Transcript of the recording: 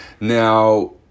now